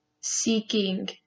Seeking